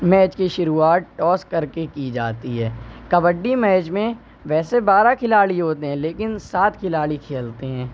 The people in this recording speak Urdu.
میچ کی شروعات ٹاس کر کے کی جاتی ہے کبڈی میچ میں ویسے بارہ کھلاڑی ہوتے ہیں لیکن سات کھلاڑی کھیلتے ہیں